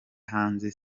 hanze